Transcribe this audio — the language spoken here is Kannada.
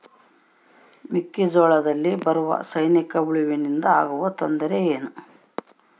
ಮೆಕ್ಕೆಜೋಳದಲ್ಲಿ ಬರುವ ಸೈನಿಕಹುಳುವಿನಿಂದ ಆಗುವ ತೊಂದರೆ ಏನು?